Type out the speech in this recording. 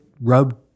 rub